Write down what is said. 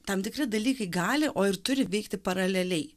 tam tikri dalykai gali o ir turi veikti paraleliai